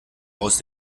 aus